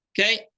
okay